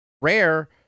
Rare